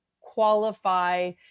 qualify